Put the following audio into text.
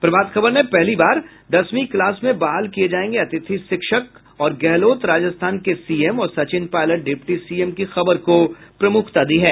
प्रभात खबर ने पहली बार दसवीं क्लास में बहाल किये जायेंगे अतिथि शिक्षक और गहलोत राजस्थान के सीएम और सचिन पायलट डिप्टी सीएम की खबर को प्रमुखता दी है